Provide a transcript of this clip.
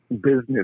business